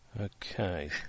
Okay